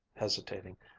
hesitating,